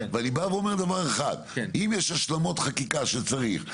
ואני בא ואומר דבר אחד: אם יש השלמות חקיקה שצריך,